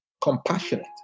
compassionate